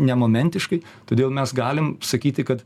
nemomentiškai todėl mes galim sakyti kad